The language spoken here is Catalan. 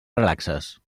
relaxes